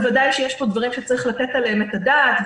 בוודאי יש פה דברים שצריך לתת עליהם את הדעת,